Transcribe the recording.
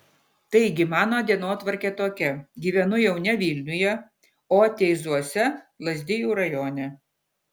taigi mano dienotvarkė tokia gyvenu jau ne vilniuje o teizuose lazdijų rajone